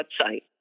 website